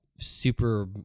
super